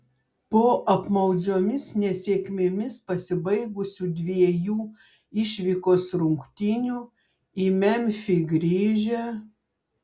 po apmaudžiomis nesėkmėmis pasibaigusių dviejų išvykos rungtynių į memfį grįžę